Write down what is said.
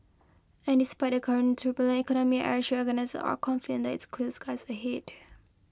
and despite the current turbulent economy Airshow organisers are confident that it's clear skies ahead